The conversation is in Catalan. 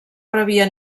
rebia